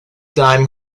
time